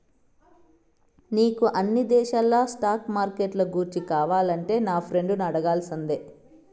నీకు అన్ని దేశాల స్టాక్ మార్కెట్లు గూర్చి కావాలంటే నా ఫ్రెండును అడగాల్సిందే